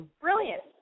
Brilliant